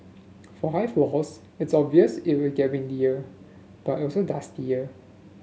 for high floors it's obvious it will get windier but also dustier